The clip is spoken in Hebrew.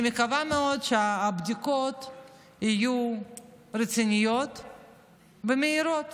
אני מקווה מאוד שהבדיקות יהיו רציניות ומהירות.